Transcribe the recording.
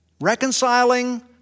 reconciling